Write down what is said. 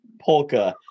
polka